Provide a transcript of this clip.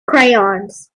crayons